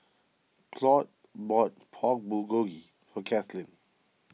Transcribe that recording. Claud bought Pork Bulgogi for Kathlene